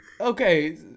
okay